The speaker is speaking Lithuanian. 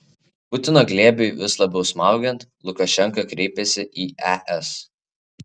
putino glėbiui vis labiau smaugiant lukašenka kreipiasi į es